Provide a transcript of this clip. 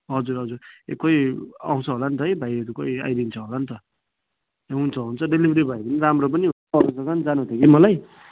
हजुर हजुर ए कोही आउँछ होला नि त है भाइहरू कोही आइदिन्छ होला नि त ए हुन्छ हुन्छ डेलिभरी भयो भने पनि राम्रो पनि अरू जग्गा पनि जानु थियो कि मलाई